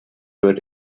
wird